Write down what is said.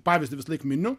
pavyzdį visąlaik miniu